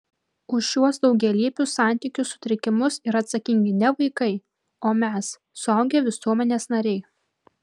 už šiuos daugialypius santykių sutrikimus yra atsakingi ne vaikai o mes suaugę visuomenės nariai